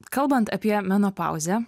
kalbant apie menopauzę